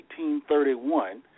1831